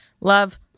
Love